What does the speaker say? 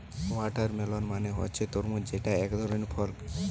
watermelon মানে হচ্ছে তরমুজ যেটা একধরনের ফল